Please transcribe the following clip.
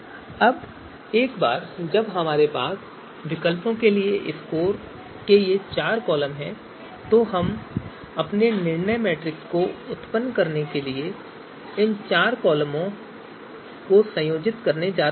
अब एक बार जब हमारे पास विकल्पों के लिए स्कोर के ये चार कॉलम होंगे तो हम अपने निर्णय मैट्रिक्स को उत्पन्न करने के लिए इन चार कॉलमों को संयोजित करने जा रहे हैं